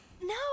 No